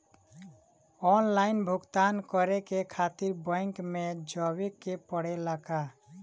Online भुगतान करे के खातिर बैंक मे जवे के पड़ेला का?